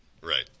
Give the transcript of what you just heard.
Right